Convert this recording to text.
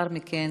לאחר מכן